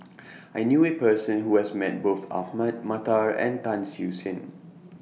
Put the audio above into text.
I knew A Person Who has Met Both Ahmad Mattar and Tan Siew Sin